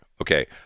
Okay